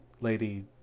lady